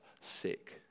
sick